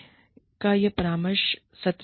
या एक परामर्श सत्र है